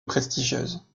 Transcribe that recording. prestigieuse